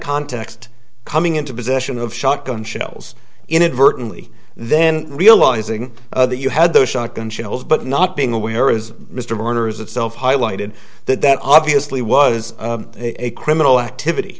context coming into possession of shotgun shells inadvertently then realizing that you had those shotgun shells but not being aware as mr manners itself highlighted that that obviously was a criminal activity